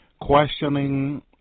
questioning